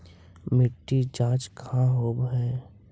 मिट्टी जाँच कहाँ होव है?